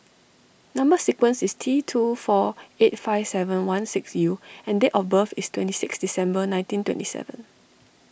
Number Sequence is T two four eight five seven one six U and date of birth is twenty six December nineteen twenty seven